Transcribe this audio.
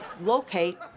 locate